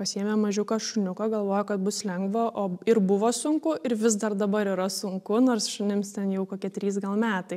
pasiėmė mažiuką šuniuką galvojo kad bus lengva o ir buvo sunku ir vis dar dabar yra sunku nors šunims ten jau kokie trys gal metai